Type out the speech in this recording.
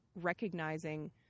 recognizing